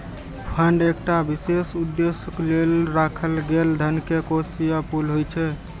fund एकटा विशेष उद्देश्यक लेल राखल गेल धन के कोष या पुल होइ छै